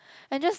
I'm just